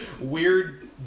Weird